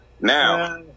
Now